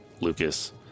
Lucas